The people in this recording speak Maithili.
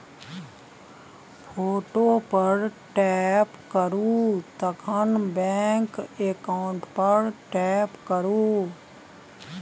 फोटो पर टैप करु तखन बैंक अकाउंट पर टैप करु